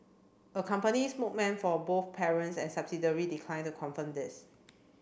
a company spoke man for both parent and subsidiary declined to confirm this